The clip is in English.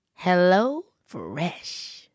HelloFresh